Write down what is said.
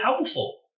helpful